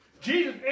Jesus